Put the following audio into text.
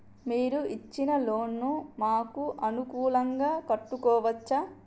మీరు ఇచ్చిన లోన్ ను మాకు అనుకూలంగా కట్టుకోవచ్చా?